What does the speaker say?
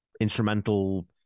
instrumental